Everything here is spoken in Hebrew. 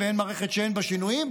שינויים, ואין מערכת שאין בה שינויים.